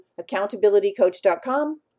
accountabilitycoach.com